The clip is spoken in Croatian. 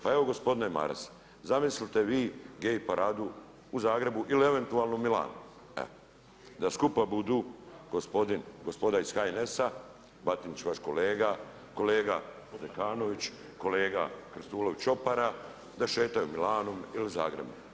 Pa evo gospodine Maras, zamislite vi gej paradu u Zagrebu ili eventualno u Milanu, evo da skupa budu gospoda iz HNS-a, Batinić, vaš kolega, kolega Zekanović, kolega Krstulović Opara, da šetaju Milanom ili Zagrebom.